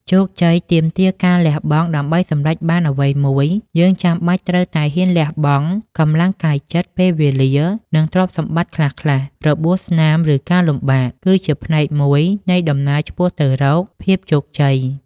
ជោគជ័យទាមទារការលះបង់ ដើម្បីសម្រេចបានអ្វីមួយ យើងចាំបាច់ត្រូវតែ ហ៊ានលះបង់ កម្លាំងកាយចិត្ត ពេលវេលា និងទ្រព្យសម្បត្តិខ្លះៗ របួសស្នាម ឬការលំបាក គឺជាផ្នែកមួយនៃដំណើរឆ្ពោះទៅរកភាពជោគជ័យ។